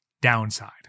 downside